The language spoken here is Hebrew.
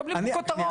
מקבלים פה כותרות.